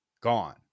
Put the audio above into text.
gone